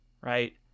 right